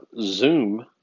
zoom